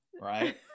Right